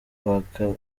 kwaka